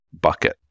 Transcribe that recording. bucket